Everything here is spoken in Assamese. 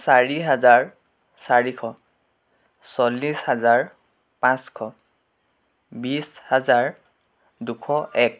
চাৰি হাজাৰ চাৰিশ চল্লিছ হাজাৰ পাঁচশ বিছ হাজাৰ দুশ এক